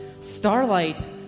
Starlight